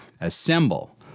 assemble